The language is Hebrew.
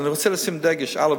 אני רוצה לשים דגש, א.